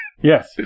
Yes